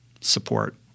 support